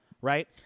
right